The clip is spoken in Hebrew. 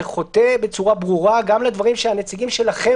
זה חוטא בצורה ברורה גם לדברים שהנציגים שלכם